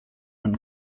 when